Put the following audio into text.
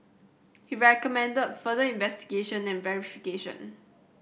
he recommended further investigation and verification